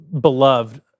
beloved